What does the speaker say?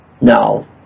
now